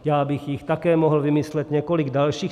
Já bych jich také mohl vymyslet několik dalších.